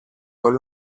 όλοι